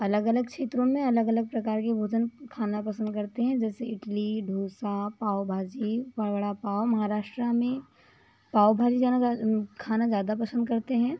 अलग अलग क्षेत्र में अलग अलग प्रकार के भोजन खाना पसंद करते है जैसे इडली डोसा पाव भाजी बड़ा पाव महाराष्ट्र में पाव भाजी खाना ज़्यादा पसंद करते है